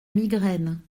migraine